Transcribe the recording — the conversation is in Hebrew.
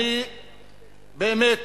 אני באמת